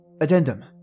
Addendum